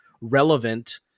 relevant